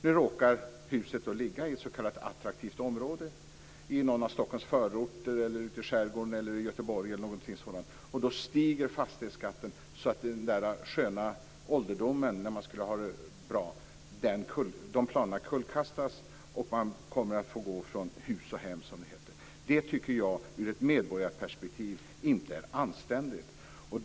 Om huset nu råkar ligga i ett s.k. attraktivt område i någon av Stockholms förorter, i skärgården, i Göteborg eller liknande, så stiger fastighetsskatten. Planerna på den sköna ålderdomen då man tänkt sig att ha det bra kullkastas och man kommer att få gå från hus och hem, som det heter. Det tycker jag inte är anständigt ur ett medborgarperspektiv.